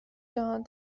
جهانی